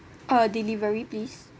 uh delivery please